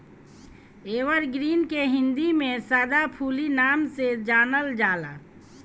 evergreen के हिंदी में सदाफुली नाम से जानल जाला